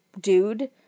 dude